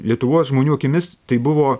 lietuvos žmonių akimis tai buvo